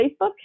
Facebook